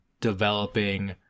developing